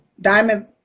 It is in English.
Diamond